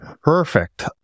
Perfect